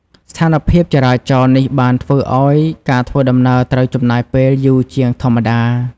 ស្ថានភាពចរាចរណ៍នេះបានធ្វើឱ្យ ការធ្វើដំណើរត្រូវចំណាយពេលយូរជាងធម្មតា។